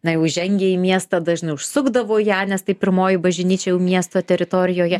na jau įžengę į miestą dažnai užsukdavo į ją nes tai pirmoji bažnyčia jau miesto teritorijoje